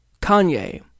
Kanye